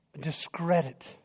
discredit